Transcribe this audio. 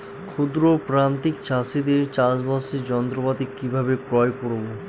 ক্ষুদ্র প্রান্তিক চাষীদের চাষাবাদের যন্ত্রপাতি কিভাবে ক্রয় করব?